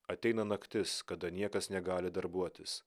ateina naktis kada niekas negali darbuotis